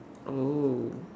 oh